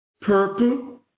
purple